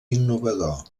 innovador